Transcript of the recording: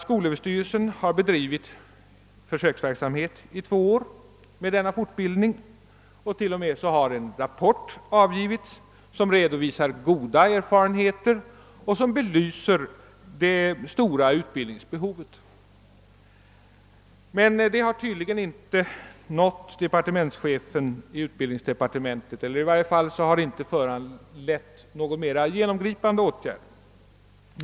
Skolöverstyrelsen har bedrivit försöksverksamhet med denna fortbildning i två år, och det har t.o.m. avgivits en rapport som redovisar goda erfarenheter och belyser det stora ut bildningsbehovet. Detta har tydligen inte nått chefen för utbildningsdepartementet; i varje fall har det inte föranlett någon mera genomgripande åtgärd.